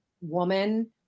woman